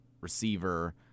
receiver